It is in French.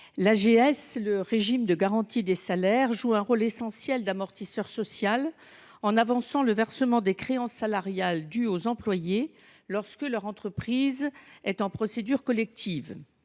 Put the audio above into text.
L'AGS, le régime de garantie des salaires, joue un rôle essentiel d'amortisseur social en avançant le versement des créances salariales dues aux employés lorsque leur entreprise est en procédure collective.